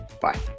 Bye